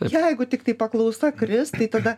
jeigu tiktai paklausa kris tai tada